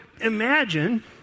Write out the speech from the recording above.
imagine